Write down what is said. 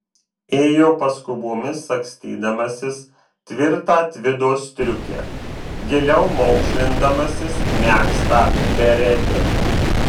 ėjo paskubomis sagstydamasis tvirtą tvido striukę giliau maukšlindamasis megztą beretę